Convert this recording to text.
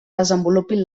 desenvolupin